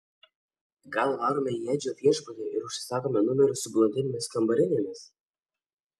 gal varome į edžio viešbutį ir užsisakome numerius su blondinėmis kambarinėmis